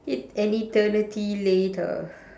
et~ an eternity later